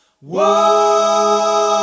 Whoa